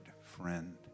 friend